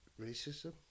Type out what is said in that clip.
racism